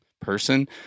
person